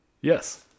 Yes